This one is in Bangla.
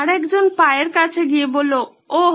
আরেকজন পায়ের কাছে গিয়ে বলল ওহ